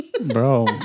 Bro